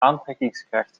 aantrekkingskracht